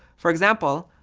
for example,